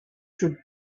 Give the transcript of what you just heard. should